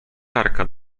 tarka